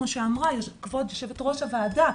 כמו שאמרה כבוד יו"ר הוועדה.